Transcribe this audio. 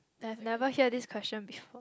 I've never hear this question before